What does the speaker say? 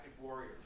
warrior